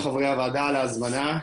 הוועדה על ההזמנה,